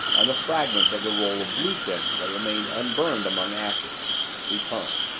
on the fragments of the roll of blue-prints that remained unburned among ashes return.